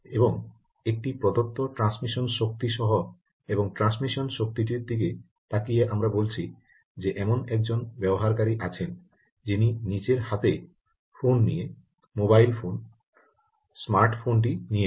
এবং একটি প্রদত্ত ট্রান্সমিশন শক্তি সহ এবং ট্রান্সমিশন শক্তিটির দিকে তাকিয়ে আমরা বলছি যে এমন একজন ব্যবহারকারী আছেন যিনি নিজের হাতে ফোন নিয়ে মোবাইল ফোন স্মার্ট ফোনটি নিয়ে গেছেন